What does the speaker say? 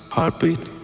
Heartbeat